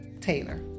Taylor